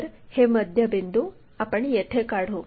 तर हे मध्यबिंदू आपण येथे काढू